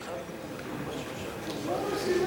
חוק ההתייעלות הכלכלית (תיקוני חקיקה ליישום